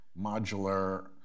modular